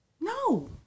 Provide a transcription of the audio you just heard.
No